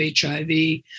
HIV